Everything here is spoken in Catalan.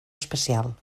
especial